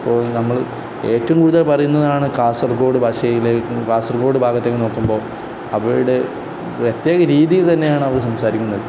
ഇപ്പോൾ നമ്മൾ ഏറ്റവും കൂടുതൽ പറയുന്നതാണ് കാസർഗോഡ് ഭാഷയിലെ കാസർഗോഡ് ഭാഗത്തേക്ക് നോക്കുമ്പോൾ അവരുടെ പ്രത്യേക രീതിയിൽ തന്നെയാണ് അവർ സംസാരിക്കുന്നത്